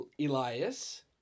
Elias